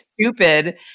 stupid